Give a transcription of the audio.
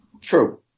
True